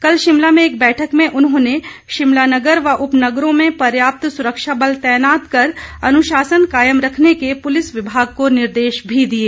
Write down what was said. कल शिमला में एक बैठक में उन्होंने शिमला नगर व उप नगरों में पर्याप्त सुरक्षा बल तैनात कर अनुशासन कायम करने के पुलिस विभाग को निर्देश भी दिये